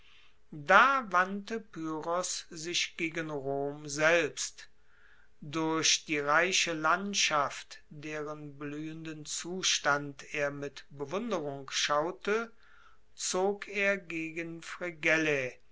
da wandte pyrrhos sich gegen rom selbst durch die reiche landschaft deren bluehenden zustand er mit bewunderung schaute zog er gegen fregellae